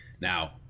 Now